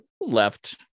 left